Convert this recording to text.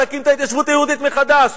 ולהקים את ההתיישבות היהודית מחדש.